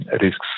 risks